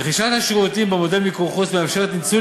רכישת שירותים במודל מיקור חוץ מאפשרת ניצול